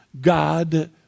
God